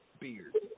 beard